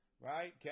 Right